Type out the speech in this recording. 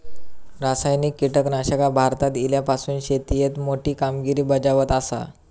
रासायनिक कीटकनाशका भारतात इल्यापासून शेतीएत मोठी कामगिरी बजावत आसा